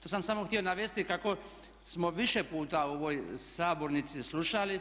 To sam samo htio navesti kako smo više puta u ovoj sabornici slušali